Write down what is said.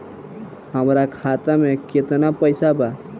हमरा खाता में केतना पइसा बा?